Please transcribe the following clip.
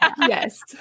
yes